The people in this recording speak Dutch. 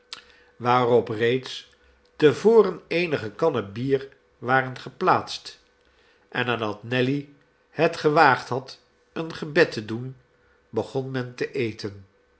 waarop reeds te voren eenige kannen bier waren geplaatst en nadat nelly het gewaagd had een gebed te doen begon men te eten